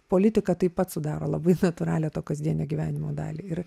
politika taip pat sudaro labai natūralią to kasdienio gyvenimo dalį ir